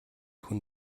хүн